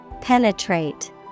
Penetrate